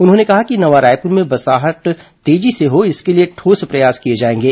उन्होंने कहा कि नवा रायपूर में बसाहट तेजी हो इसके लिए ठोस प्रयास किए जाएंगे